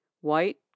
White